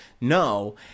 No